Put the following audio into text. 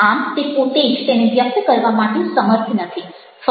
આમ તે પોતે જ તેને વ્યક્ત કરવા માટે સમર્થ નથી